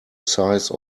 size